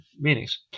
meanings